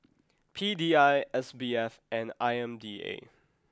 P D I S B F and I M D A